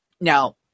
Now